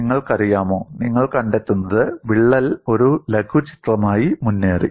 നിങ്ങൾക്കറിയാമോ നിങ്ങൾ കണ്ടെത്തുന്നത് വിള്ളൽ ഒരു ലഘുചിത്രമായി മുന്നേറി